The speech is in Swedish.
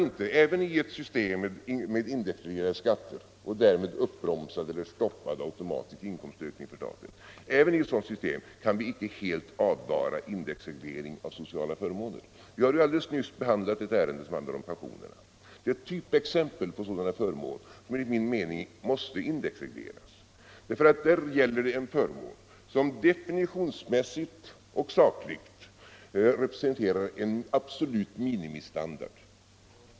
Inte ens i ett system med indexreglerade skatter och därmed uppbromsade eller stoppade automatiska inkomstökningar för staten kan vi helt avvara indexreglering av sociala förmåner. Vi har alldeles nyss behandlat ett ärende om pensionerna. Det är ett typexempel på en förmån som enligt min mening måste indexregleras. Där gäller det en förmån som definitionsmässigt och sakligt representerar en absolut minimistandard.